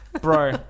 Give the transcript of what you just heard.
Bro